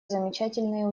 замечательные